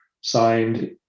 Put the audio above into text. signed